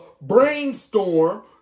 brainstorm